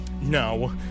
No